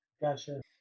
Gotcha